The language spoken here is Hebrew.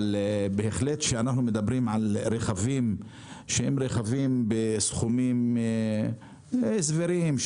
אבל בהחלט כשאנחנו מדברים על רכבים שהם רכבים בסכומים סבירים,